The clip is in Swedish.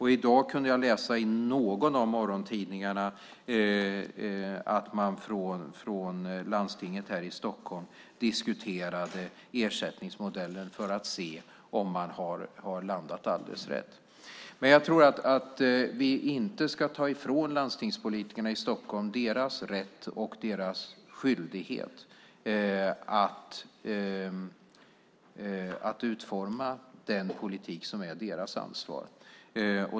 I dag kunde jag läsa i någon av morgontidningarna att man i landstinget här i Stockholm diskuterade ersättningsmodellen för att se om man har landat alldeles rätt. Men jag tror inte att vi ska ta ifrån landstingspolitikerna i Stockholm deras rätt och deras skyldighet att utforma den politik som är deras ansvar.